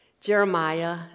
Jeremiah